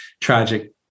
tragic